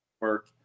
work